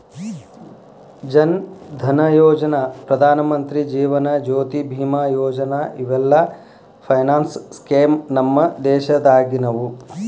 ಜನ್ ಧನಯೋಜನಾ, ಪ್ರಧಾನಮಂತ್ರಿ ಜೇವನ ಜ್ಯೋತಿ ಬಿಮಾ ಯೋಜನಾ ಇವೆಲ್ಲ ಫೈನಾನ್ಸ್ ಸ್ಕೇಮ್ ನಮ್ ದೇಶದಾಗಿನವು